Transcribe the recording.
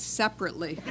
separately